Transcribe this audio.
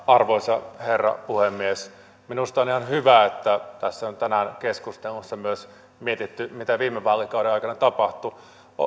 arvoisa herra puhemies minusta on ihan hyvä että tässä on tänään keskustelussa myös mietitty mitä viime vaalikauden aikana tapahtui